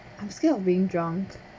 I'm scared of being drunk